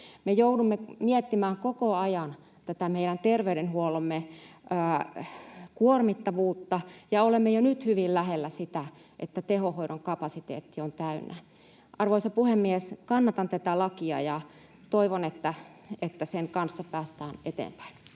Me joudumme miettimään koko ajan meidän terveydenhuoltomme kuormittuvuutta, ja olemme jo nyt hyvin lähellä sitä, että tehohoidon kapasiteetti on täynnä. Arvoisa puhemies! Kannatan tätä lakia ja toivon, että sen kanssa päästään eteenpäin.